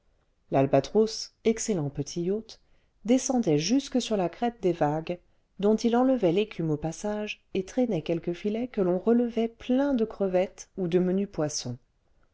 albatros excellent petit yacht descendait jusque sur la crête des vagues dont il enlevait l'écume au passage et traînait quelques filets que l'on relevait pleins de crevettes ou de menus poissons